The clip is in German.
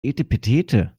etepetete